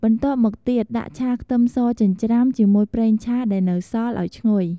បន្ទាប់់មកទៀត ដាក់ឆាខ្ទឹមសចិញ្ច្រាំ ជាមួយប្រេងឆាដែលនៅសល់ ឱ្យឈ្ងុយ។